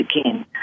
again